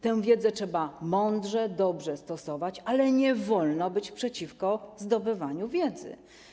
Tę wiedzę trzeba mądrze, dobrze stosować, ale nie wolno być przeciwko zdobywaniu wiedzy.